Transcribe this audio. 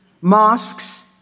mosques